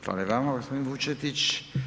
Hvala i vama, g. Vučetić.